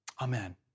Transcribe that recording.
Amen